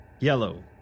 Yellow